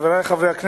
חברי חברי הכנסת,